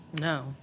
No